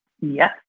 Yes